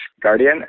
Guardian